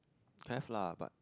have lah but